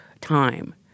time